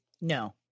No